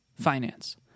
finance